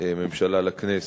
הממשלה לכנסת.